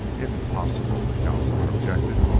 impossible! the counsellor objected.